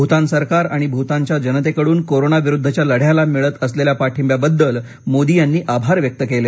भूतान सरकार आणि भूतानच्या जनतेकडून कोरोना विरुद्धच्या लढ्याला मिळत असलेल्या पाठींब्या बद्दल मोदी यांनी आभार व्यक्त केले